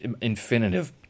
infinitive